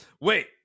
wait